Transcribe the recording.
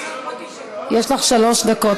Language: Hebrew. יש לך שלוש דקות,